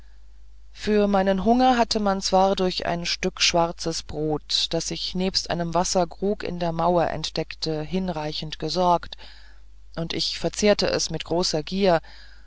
für meinen hunger hatte man zwar durch ein stück schwarzes brot das ich nebst einem wasserkrug in der mauer entdeckte hinreichend gesorgt und ich verzehrte es mit großer gier